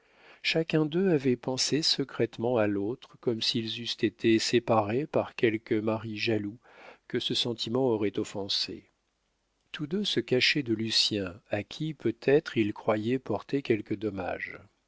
chacun d'eux avait pensé secrètement à l'autre comme s'ils eussent été séparés par quelque mari jaloux que ce sentiment aurait offensé tous deux se cachaient de lucien à qui peut-être ils croyaient porter quelque dommage